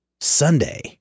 Sunday